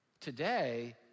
Today